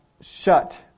shut